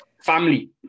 family